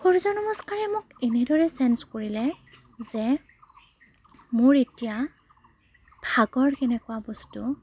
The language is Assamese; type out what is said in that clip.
সূৰ্য নমস্কাৰে মোক এনেদৰে চেঞ্ঞ্চ কৰিলে যে মোৰ এতিয়া ভাগৰ কেনেকুৱা বস্তু